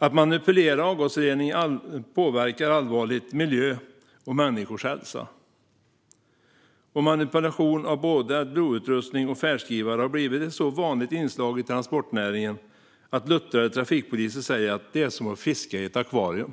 Att manipulera avgasrening påverkar allvarligt miljön och människors hälsa. Manipulation av både Adblue-utrustning och färdskrivare har blivit ett så vanligt inslag i transportnäringen att luttrade trafikpoliser säger att det är som att fiska i ett akvarium.